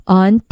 on